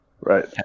Right